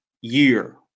year